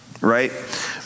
right